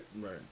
Right